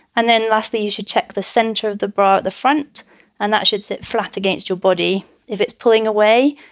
and then lastly, you should check the center of the bra at the front and that should sit flat against your body if it's pulling away.